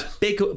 big